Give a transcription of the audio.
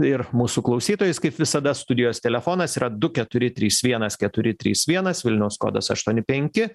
ir mūsų klausytojais kaip visada studijos telefonas yra du keturi trys vienas keturi trys vienas vilniaus kodas aštuoni penki